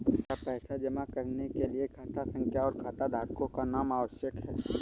क्या पैसा जमा करने के लिए खाता संख्या और खाताधारकों का नाम आवश्यक है?